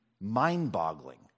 mind-boggling